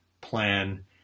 plan